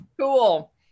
Cool